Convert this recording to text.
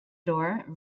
door